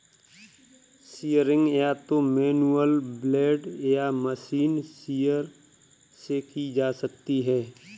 shearing या तो manual blade या मशीन शीयर से की जा सकती है